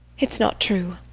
it's not true.